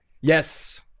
Yes